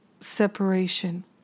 separation